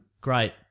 Great